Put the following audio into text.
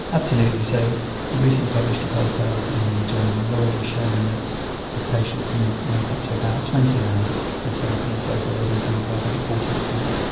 absolutely, so we recently published a paper in the journal of neurology showing that if patients went up to about twenty hours of of therapy in total they would improve by about forty percent.